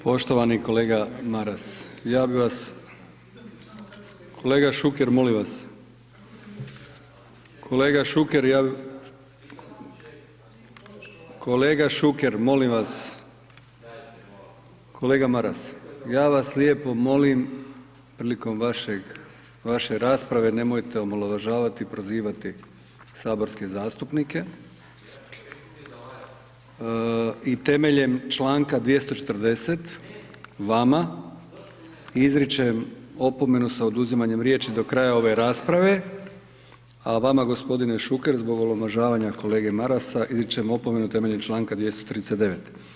Poštovani kolega Maras ja bih vas, kolega Šuker molim vas, kolega Šuker ja, kolega Šuker molim vas, kolega Maras ja vas lijepo molim prilikom vaše rasprave nemojte omalovažavati i prozivati saborske zastupnike i temeljem Članka 240. vama izričem opomenu s oduzimanjem riječi do kraja ove rasprave, a vama gospodine Šuker zbog omalovažavanja kolege Marasa izričem opomenu temeljem Članka 239.